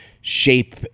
shape